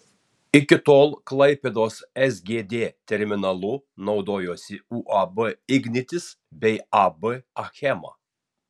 iki tol klaipėdos sgd terminalu naudojosi uab ignitis bei ab achema